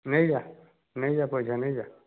ନେଇଯା ନେଇଯା ପଇସା ନେଇଯା